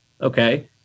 okay